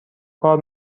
کار